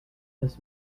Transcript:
this